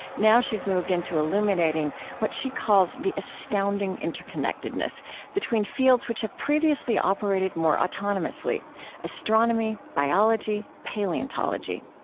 now she's moved into illuminating what she calls the astounding interconnectedness between fields which have previously operated more autonomously astronomy, biology, paleontology.